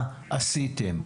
מה עשיתם?